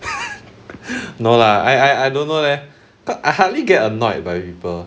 no lah I I don't know leh I hardly get annoyed by people